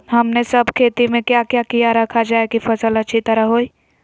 हमने सब खेती में क्या क्या किया रखा जाए की फसल अच्छी तरह होई?